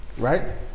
Right